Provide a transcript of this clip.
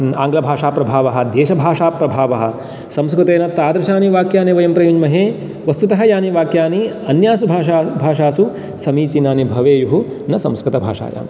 आङ्ग्लभाषाप्रभावः देशभाषाप्रभावः संस्कृतेन तादृशानि वाक्यानि वयं प्रयुञ्ज्महे वस्तुतः यानि वाक्यानि अन्यासु भाषासु समीचीनानि भवेयुः न संस्कृतभाषायां